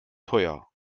teuer